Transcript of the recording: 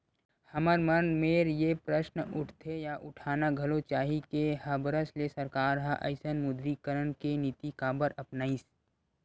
हमर मन मेर ये प्रस्न उठथे या उठाना घलो चाही के हबरस ले सरकार ह अइसन विमुद्रीकरन के नीति काबर अपनाइस?